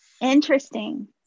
Interesting